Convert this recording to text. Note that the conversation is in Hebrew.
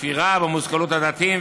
"כפירה במושכלות מדעיים",